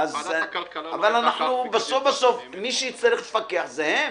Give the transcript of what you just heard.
אבל בסוף-בסוף מי שיצטרך לפקח זה הם.